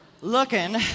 looking